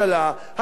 הקואליציה,